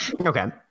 Okay